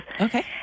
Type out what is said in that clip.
Okay